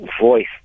voice